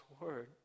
word